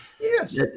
Yes